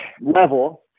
level